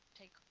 take